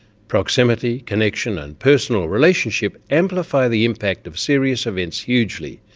proximity, connection and personal relationship amplify the impact of serious events hugely,